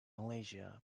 malaysia